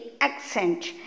accent